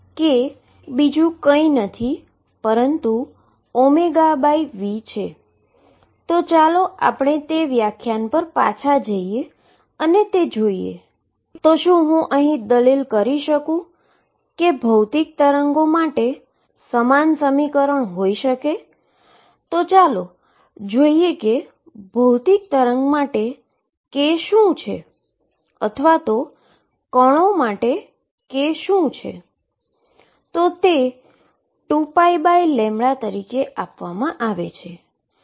તેથી હું આને 0 જેટલું લખી શકું છું જે મને એસમ્પ્ટોટીક ઉકેલ આપશે તે સાચો ઉકેલ નથી જ્યારે x ધન અથવા ઋણ પર ઈન્ફાઈનીટીની પર જાય છે તેનો આપણે હવે ઉકેલ કરીએ